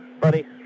Buddy